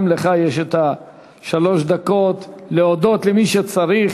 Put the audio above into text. גם לך יש שלוש דקות להודות למי שצריך.